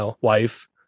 wife